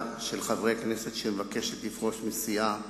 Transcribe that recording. של חברי כנסת שמבקשת לפרוש מסיעה.